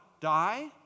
Die